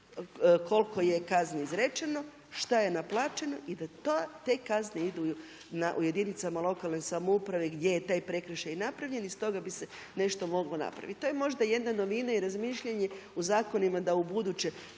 koliko je kazni izrečeno, šta je naplaćeno i da te kazne idu u jedinicama lokalne samouprave gdje je taj prekršaj i napravljen i iz toga bi se nešto moglo napraviti. I to je možda jedna novina i razmišljanje u zakonima da ubuduće